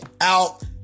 out